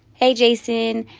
hey jason.